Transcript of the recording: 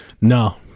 No